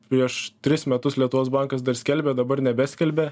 prieš tris metus lietuvos bankas dar skelbia dabar nebeskalbia